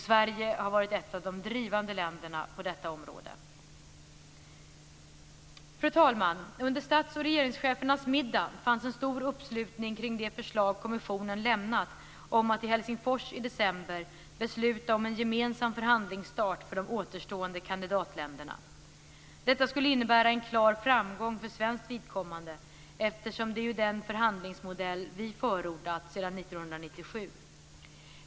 Sverige har varit ett av de drivande länderna på detta område. Fru talman! Under stats och regeringschefernas middag fanns en stor uppslutning kring det förslag som kommissionen lämnat om att i Helsingfors i december besluta om en gemensam förhandlingsstart för de återstående kandidatländerna. Detta skulle innebära en klar framgång för svenskt vidkommande, eftersom det är den förhandlingsmodell vi förordat sedan 1997.